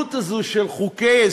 הזילות הזאת של חוקי-יסוד?